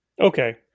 Okay